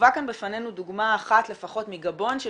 הובאה כאן בפנינו דוגמה אחת לפחות מגבון של